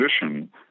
position